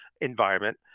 environment